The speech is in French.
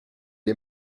est